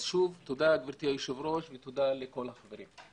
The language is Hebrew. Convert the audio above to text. אז שוב תודה גברתי היושבת-ראש ולכל החברים.